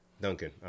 Duncan